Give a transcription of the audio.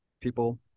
people